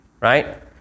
right